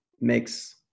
makes